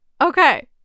okay